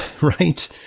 right